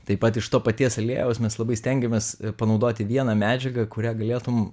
taip pat iš to paties aliejaus mes labai stengiamės panaudoti vieną medžiagą kurią galėtum